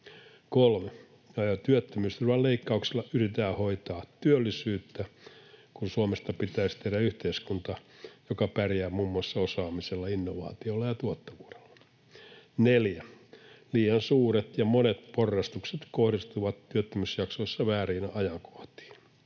3) Työttömyysturvan leikkauksella yritetään hoitaa työllisyyttä, kun Suomesta pitäisi tehdä yhteiskunta, joka pärjää muun muassa osaamisella, innovaatiolla ja tuottavuudella. 4) Liian suuret ja monet porrastukset kohdistuvat työttömyysjaksoissa vääriin ajankohtiin,